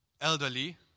elderly